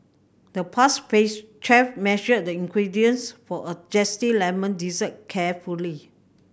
the pastry chef measured the ingredients for a zesty lemon dessert carefully